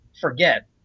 forget